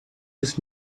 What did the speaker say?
his